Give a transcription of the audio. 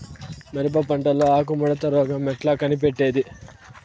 మిరప పంటలో ఆకు ముడత రోగం ఎట్లా కనిపెట్టేది?